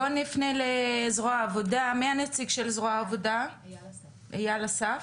שמי איל אסף,